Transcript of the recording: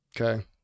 Okay